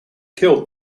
killed